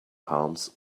palms